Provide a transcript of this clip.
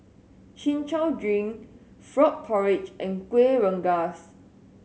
Chin Chow drink frog porridge and Kueh Rengas